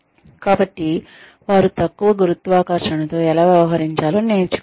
కాబట్టి వారు తక్కువ గురుత్వాకర్షణతో ఎలా వ్యవహరించాలో నేర్చుకోవాలి